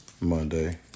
Monday